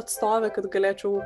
atstovė kad galėčiau